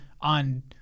on